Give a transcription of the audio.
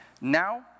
Now